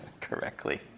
correctly